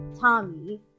Tommy